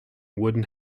wooden